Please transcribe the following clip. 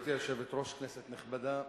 גברתי היושבת-ראש, כנסת נכבדה,